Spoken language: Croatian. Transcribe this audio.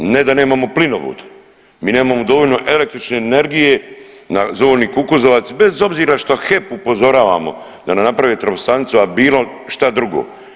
Ne da nemamo plinovod, mi nemamo dovoljno električne energije na zoni Kukuzovac bez obzira što HEP upozoravamo da nam naprave trafostanicu, a bilo šta drugo.